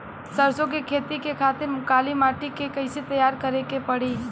सरसो के खेती के खातिर काली माटी के कैसे तैयार करे के पड़ी?